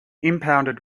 impounded